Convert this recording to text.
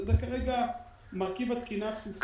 זה כרגע מרכיב התקינה הבסיסי שלנו.